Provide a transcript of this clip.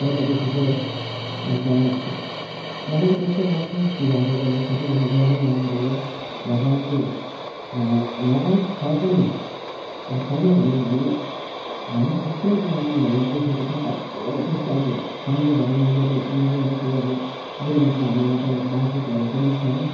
पहिलादेखिको अन्त मलाई पनि त्यस्तै लाग्छ हो पूजाहरू गर्नु सबैजना गर्नै राम्रो हो भगवानको भगवान छ पनि अब छैन भनौँ भने हामीले थुप्रै उदाहरणहरू देखेको छौँ कत्तिवटा त्यस्तो अब संयोगहरू मिलेको मिलेर चाहिँ अब दुर्घटनाहरूबाट बाँचेकोहरू पनि छ